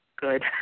good